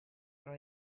però